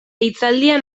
hitzaldia